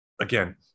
again